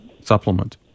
supplement